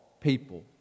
people